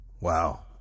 Wow